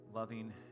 Loving